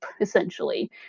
essentially